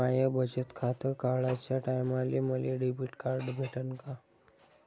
माय बचत खातं काढाच्या टायमाले मले डेबिट कार्ड भेटन का?